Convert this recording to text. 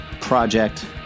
project